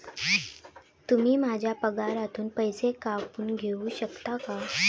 तुम्ही माझ्या पगारातून पैसे कापून घेऊ शकता का?